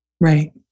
Right